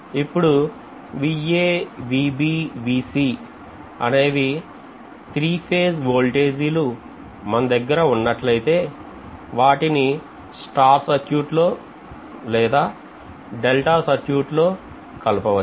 ఇప్పుడు అనే three phase voltage మన వద్ద ఉన్నట్లయితే వాటిని స్టార్ సర్క్యూట్లో లేదా డెల్టా సర్క్యూట్లో కలపవచ్చు